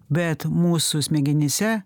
bet mūsų smegenyse